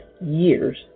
years